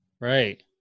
right